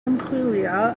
ymchwilio